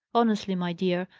honestly, my dear,